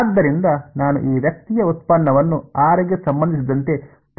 ಆದ್ದರಿಂದ ನಾನು ಈ ವ್ಯಕ್ತಿಯ ವ್ಯುತ್ಪನ್ನವನ್ನು ಆರ್ ಗೆ ಸಂಬಂಧಿಸಿದಂತೆ ತೆಗೆದುಕೊಳ್ಳಬೇಕಾಗಿದೆ